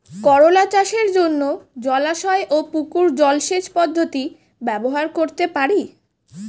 করোলা চাষের জন্য জলাশয় ও পুকুর জলসেচ পদ্ধতি ব্যবহার করতে পারি?